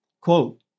Quote